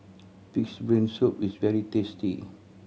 Pig's Brain Soup is very tasty